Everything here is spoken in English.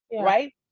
right